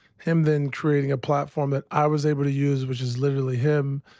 him then creating a platform that i was able to use, which is literally him.